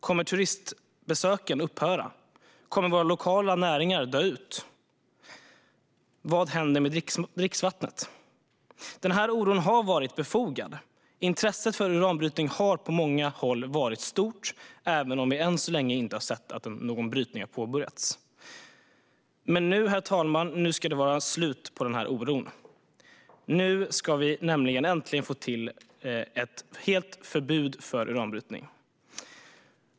Kommer turistbesöken att upphöra? Kommer våra lokala näringar att dö ut? Vad händer med dricksvattnet? Den här oron har varit befogad. Intresset för uranbrytning har på många håll varit stort, även om vi än så länge inte har sett att någon brytning påbörjats. Men nu, herr talman, ska det vara slut på den här oron. Nu ska vi nämligen äntligen få till ett totalförbud mot uranbrytning.